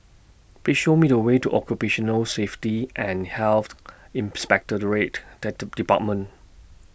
Please Show Me The Way to Occupational Safety and Health Inspectorate department